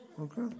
Okay